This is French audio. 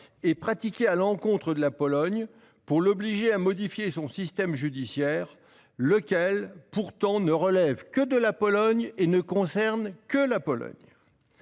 est pratiqué à l'encontre de la Pologne pour l'obliger à modifier son système judiciaire, lequel pourtant ne relève que de la Pologne et ne concerne que la Pologne